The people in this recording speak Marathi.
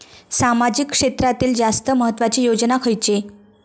सामाजिक क्षेत्रांतील जास्त महत्त्वाची योजना खयची?